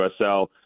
USL